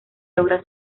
logra